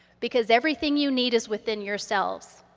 because everything you need is within yourselves.